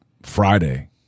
Friday